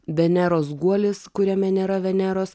veneros guolis kuriame nėra veneros